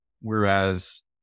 Whereas